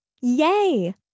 Yay